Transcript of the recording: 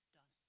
done